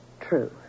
true